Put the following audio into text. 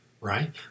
Right